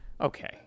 Okay